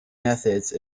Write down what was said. methods